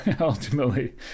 ultimately